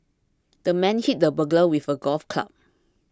the man hit the burglar with a golf club